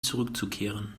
zurückzukehren